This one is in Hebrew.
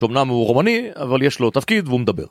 אמנם הוא רומני אבל יש לו תפקיד והוא מדבר